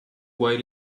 while